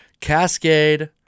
Cascade